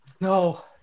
no